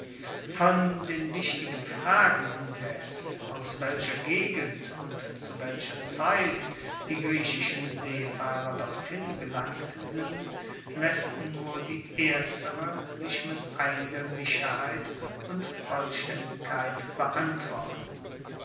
von den wichtigen fragen indes aus welcher gegend und zu welcher zeit die griechischen seefahrer dorthin gelangt sind laesst nur die erstere sich mit einiger sicherheit und vollstaendigkeit beantworten